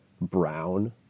brown